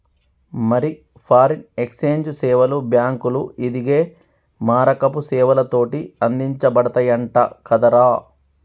మరి foreign exchange సేవలు బాంకులు, ఇదిగే మారకపు సేవలతోటి అందించబడతయంట కదరా